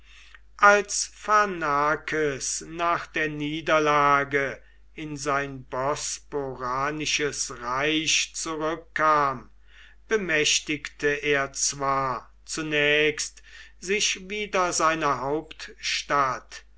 als pharnakes nach der niederlage in sein bosporanisches reich zurückkam bemächtigte er zwar zunächst sich wieder seiner hauptstadt